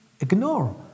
ignore